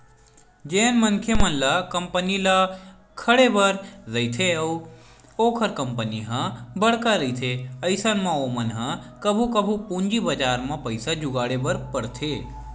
जेन मनखे मन ल कंपनी ल खड़े बर रहिथे अउ ओखर कंपनी ह बड़का रहिथे अइसन म ओमन ह कभू कभू पूंजी बजार म पइसा जुगाड़े बर परथे